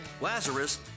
Lazarus